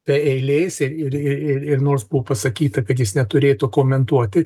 ir nors buvo pasakyta kad jis neturėtų komentuoti